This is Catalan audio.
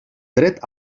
dret